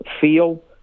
feel